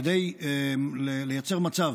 כדי לייצר מצב